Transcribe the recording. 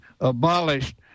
abolished